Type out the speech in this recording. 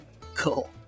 Cool